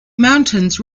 mountains